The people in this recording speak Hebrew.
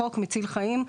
חוק מציל חיים,